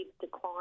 decline